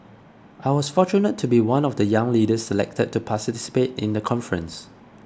I was fortunate to be one of the young leaders selected to participate in the conference